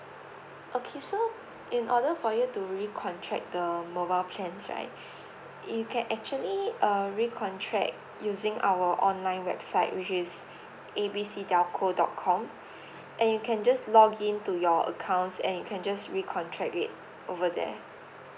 okay so in order for you to recontract the mobile plans right you can actually uh recontract using our online website which is A B C telco dot com and you can just login to your accounts and you can just recontract it over there